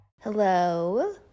Hello